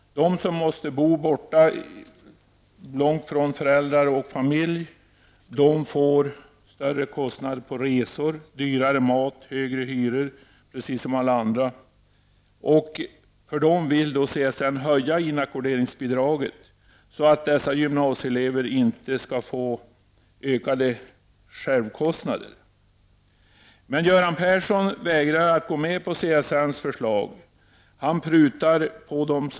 De som måste bo borta, långt borta från föräldrar och familj, får större kostnader för resor, dyrare mat och högre hyror precis som alla andra. För att dessa gymnasieelever inte skall få ökade självkostnader vill CSN höja inackorderingsbidraget. Göran Persson vägrar dock att gå med på CSNs förslag. Han prutar 320 kr.